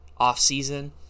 offseason